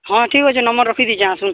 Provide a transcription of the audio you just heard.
ହଁ ଠିକ୍ ଅଛି ନମ୍ବର୍ ରଖିଦେଇଛି ଆସନ୍ତୁ